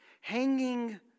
Hanging